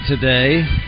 today